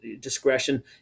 discretion